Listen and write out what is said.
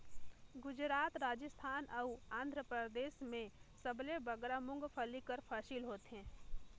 गुजरात, राजिस्थान अउ आंध्रपरदेस में सबले बगरा मूंगफल्ली कर फसिल होथे